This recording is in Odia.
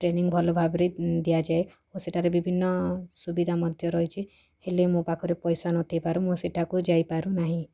ଟ୍ରେନିଙ୍ଗ୍ ଭଲ ଭାବରେ ଦିଆଯାଏ ଓ ସେଠାରେ ବିଭିନ୍ନ ସୁବିଧା ମଧ୍ୟ ରହିଛି ହେଲେ ମୋ ପାଖରେ ପଇସା ନଥିବାରୁ ମୁଁ ସେଠାକୁ ଯାଇପାରୁନାହିଁ